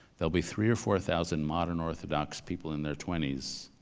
there'll be three or four thousand modern orthodox people in their twenty s,